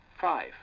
five